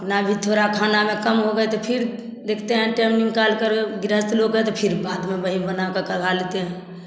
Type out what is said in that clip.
अपना भी थोड़ा खाना अगर कम हो गया तो फिर देखते हैं टाइम निकाल कर गृहस्थ लोग है फिर बाद में वही बनाकर के खा लेते है